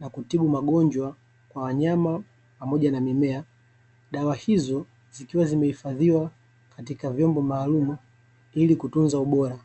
na kutibu magonjwa kwa wanyama pamoja na mimea, dawa hizo zikiwa zimehifadhiwa katika vyombo maalumu ili kutunza ubora.